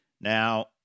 Now